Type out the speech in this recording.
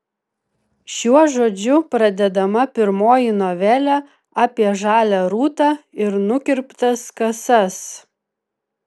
šiuo žodžiu pradedama pirmoji novelė apie žalią rūtą ir nukirptas kasas